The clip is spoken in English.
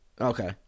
Okay